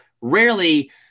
rarely